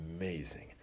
amazing